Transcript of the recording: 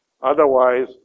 Otherwise